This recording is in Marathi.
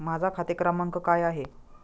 माझा खाते क्रमांक काय आहे?